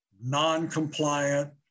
non-compliant